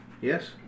Yes